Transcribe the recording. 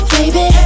Baby